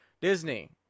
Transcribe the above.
Disney